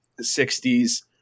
60s